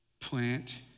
Plant